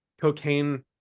cocaine